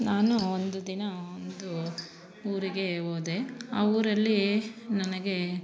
ನಾನು ಒಂದು ದಿನ ಒಂದು ಊರಿಗೆ ಹೋದೆ ಆ ಊರಲ್ಲಿ ನನಗೆ